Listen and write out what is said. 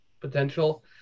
potential